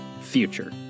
future